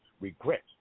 regret